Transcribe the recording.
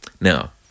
now